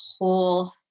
whole